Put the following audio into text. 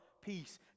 Peace